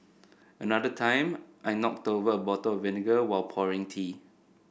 another time I knocked over a bottle of vinegar while pouring tea